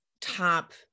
top